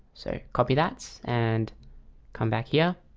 so copy that and come back here.